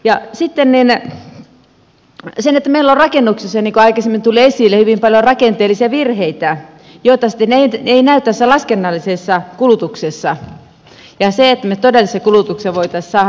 meillä on rakennuksissa niin kuin aikaisemmin tuli esille hyvin paljon rakenteellisia virheitä joita sitten ei näy tässä laskennallisessa kulutuksessa